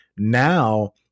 now